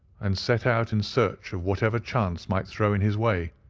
and set out in search of whatever chance might throw in his way.